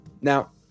Now